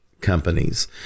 companies